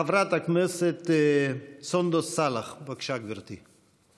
חברת הכנסת סונדוס סאלח, בבקשה, גברתי.